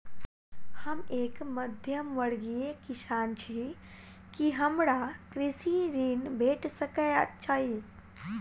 हम एक मध्यमवर्गीय किसान छी, की हमरा कृषि ऋण भेट सकय छई?